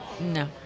No